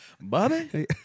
Bobby